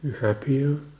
happier